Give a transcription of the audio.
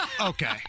Okay